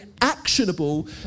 actionable